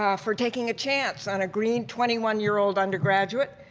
ah for taking a chance on a green twenty one year old undergraduate